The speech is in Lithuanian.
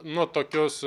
nu tokius